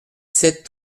sept